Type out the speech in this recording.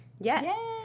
Yes